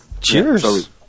cheers